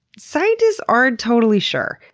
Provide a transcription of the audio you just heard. scientists aren't totally sure.